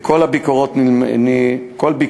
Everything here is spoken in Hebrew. כל ביקורת נלמדת,